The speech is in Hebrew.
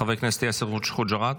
חבר כנסת יאסר חוג'יראת,